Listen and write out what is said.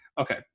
Okay